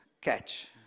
catch